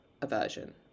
aversion